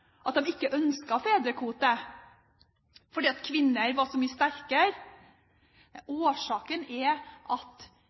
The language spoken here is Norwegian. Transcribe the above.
ikke ønsket fedrekvote? Var det fordi kvinner var så mye sterkere?